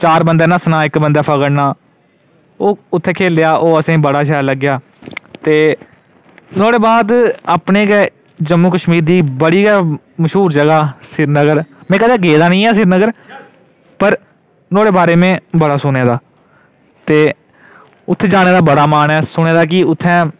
चार बंदें नस्सना इक बंदे ने फकड़ना ओह् उत्थै खेढेआ असें बड़ा शैल लग्गेआ ते नुहाड़े बाद अपने गै जम्मू कश्मीर दी बड़ी गै मश्हूर जगह् ऐ सिरीनगर में कदें गेदा नेई ऐ सिरिनगर पर नुहाड़े बारै में बड़ा किश सुनने दा ते उत्थै जाने दा बड़ा मन ऐ सुने दा कि उत्थै